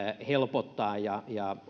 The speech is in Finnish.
helpottaa ja ja